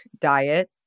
diet